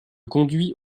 conduit